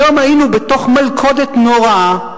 היום היינו בתוך מלכדות נוראה,